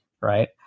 Right